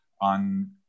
on